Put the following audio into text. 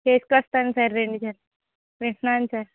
వేసుకొస్తాను sir రెండు జడలు వేసుకున్నాను సార్